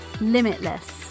limitless